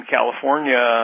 California